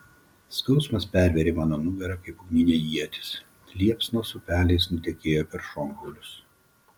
skausmas pervėrė mano nugarą kaip ugninė ietis liepsnos upeliais nutekėjo per šonkaulius